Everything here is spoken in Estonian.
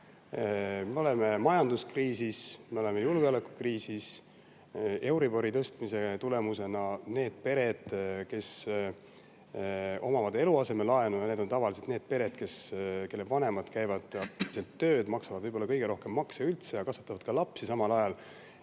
Me oleme majanduskriisis, me oleme julgeolekukriisis. Euribori tõstmine [mõjutab] neid peresid, kes omavad eluasemelaenu. Need on tavaliselt pered, kus vanemad käivad tööl, maksavad võib-olla kõige rohkem makse üldse ja kasvatavad samal ajal